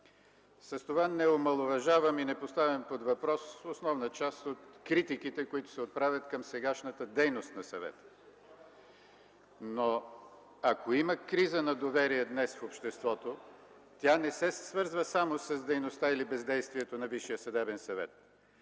С това не омаловажавам и не поставям под въпрос основна част от критиките, които се отправят към сегашната дейност на съвета. Ако има криза на доверие днес в обществото, тя не се свързва само с дейността или бездействието на Висшия съдебен съвет,